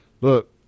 look